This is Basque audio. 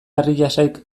arriasek